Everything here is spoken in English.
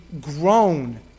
grown